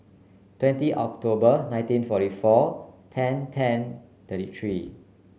twenty October nineteen forty four ten ten thirty three